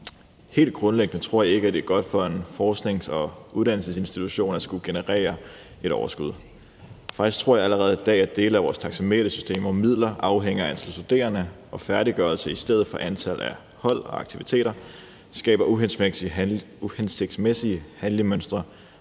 Helt grundlæggende tror jeg ikke, at det er godt for en forsknings- og uddannelsesinstitution at skulle generere et overskud. Faktisk tror jeg allerede i dag, at dele af vores taxametersystem, hvor midlerne afhænger af antallet af studerende og færdiggørelse i stedet for antallet af hold og aktiviteter, skaber uhensigtsmæssige handlemønstre